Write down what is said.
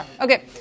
okay